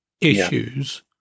issues